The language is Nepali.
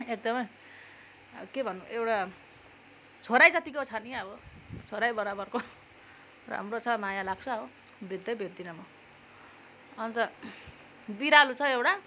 एकदमै के भन्नु एउटा छोरै जतिको छ नि अब छोरै बराबरको राम्रो छ माया लाग्छ हो बेच्दै बेच्दिनँ म अन्त बिरालो छ एउटा